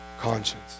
conscience